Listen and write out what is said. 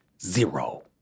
Zero